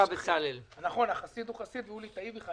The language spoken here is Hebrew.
בשיח שלי עם רשות המסים בעניין הזה,